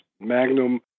Magnum